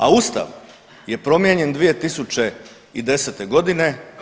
A Ustav je promijenjen 2010. godine.